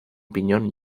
piñón